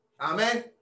Amen